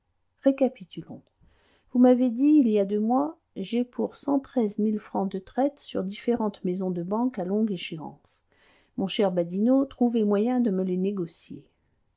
récapitulons vous m'avez dit il y a deux mois j'ai pour cent treize mille francs de traites sur différentes maisons de banque à longues échéances mon cher badinot trouvez moyen de me les négocier